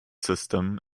system